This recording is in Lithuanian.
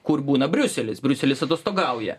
kur būna briuselis briuselis atostogauja